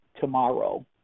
tomorrow